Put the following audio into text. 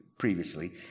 previously